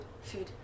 food